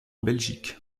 belgique